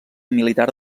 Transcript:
militar